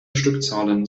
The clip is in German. stückzahlen